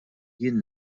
jiena